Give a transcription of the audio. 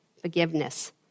Forgiveness